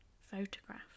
photograph